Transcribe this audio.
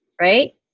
right